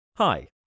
Hi